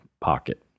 pocket